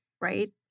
Right